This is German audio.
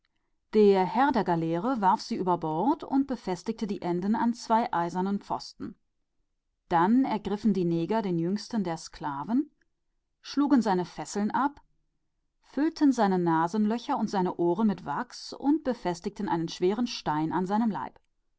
der herr der galeere befestigte die enden an zwei eisernen haken und warf sie über bord dann ergriffen die neger den jüngsten der sklaven schlugen ihm seine fesseln herunter füllten ihm nasenlöcher und ohren mit wachs und banden ihm einen schweren stein um seine